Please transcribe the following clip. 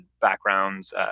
backgrounds